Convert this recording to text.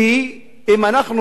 כבוד השר,